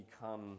become